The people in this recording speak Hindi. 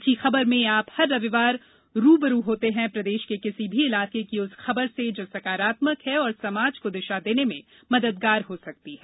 अच्छी खबर में आप हर रविवार रू ब रू होते हैं प्रदेश के किसी भी इलाके की उस खबर से जो सकारात्मक है और समाज को दिशा देने में मददगार हो सकती है